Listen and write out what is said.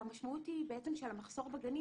והמשמעות של המחסור בגנים,